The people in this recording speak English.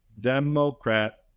Democrat